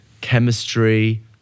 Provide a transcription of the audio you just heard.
chemistry